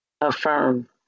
Affirm